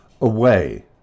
away